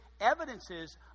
evidences